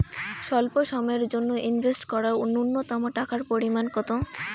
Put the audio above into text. স্বল্প সময়ের জন্য ইনভেস্ট করার নূন্যতম টাকার পরিমাণ কত?